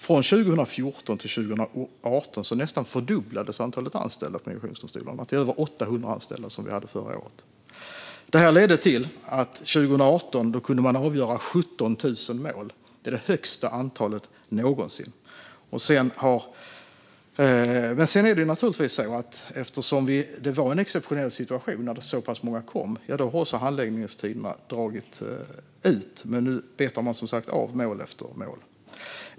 Antalet anställda på migrationsdomstolarna nästan fördubblades 2014-2018, till över 800 som vi hade förra året. Det ledde till att man 2018 kunde avgöra 17 000 mål. Det är det högsta antalet någonsin. Eftersom det var en exceptionell situation, när så pass många kom hit, har handläggningstiderna också dragits ut. Men nu betar man som sagt av mål efter mål. Herr talman!